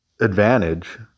advantage